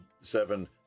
seven